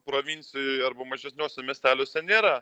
provincijoj arba mažesniuose miesteliuose nėra